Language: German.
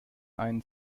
einen